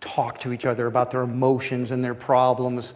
talk to each other about their emotions and their problems.